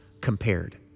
compared